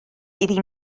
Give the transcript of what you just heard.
iddi